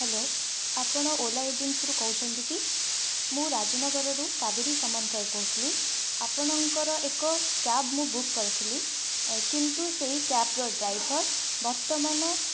hello ଆପଣ ଓଲା ଏଜେନ୍ସିରୁ କହୁଛନ୍ତି କି ମୁଁ ରାଜନଗରରୁ କାବେରୀ ସାମନ୍ତରାୟ କହୁଥିଲି ଆପଣଙ୍କର ଏକ କ୍ୟାବ୍ ମୁଁ ବୁକ୍ କରିଥିଲି କିନ୍ତୁ ସେଇ କ୍ୟାବର ଡ୍ରାଇଭର ବର୍ତ୍ତମାନ